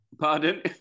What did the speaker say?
Pardon